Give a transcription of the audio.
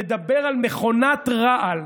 לדבר על מכונת רעל,